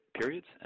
periods